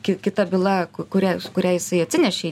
ki kita byla kuria kurią jisai atsinešei